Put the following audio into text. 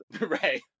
Right